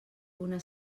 una